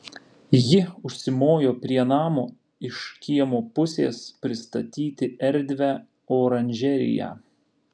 ji užsimojo prie namo iš kiemo pusės pristatyti erdvią oranžeriją